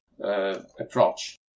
approach